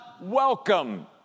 welcome